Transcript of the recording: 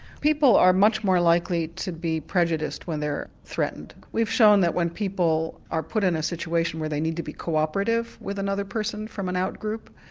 people are much more likely to be prejudiced when they're threatened. we've shown that when people are put in a situation where they need to be co-operative with another person from an out-group,